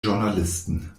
journalisten